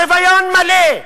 בשוויון מלא,